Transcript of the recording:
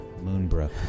Moonbrook